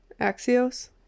axios